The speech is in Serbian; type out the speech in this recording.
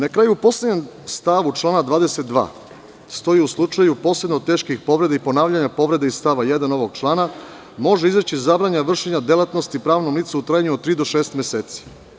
Na kraju, u poslednjem stavu člana 22. stoji u slučaju posebno teških povreda i ponavljanje povreda iz stava 1. ovog člana, može se izreći zabrana vršenja delatnosti pravnom licu u trajanju od tri do šest meseci.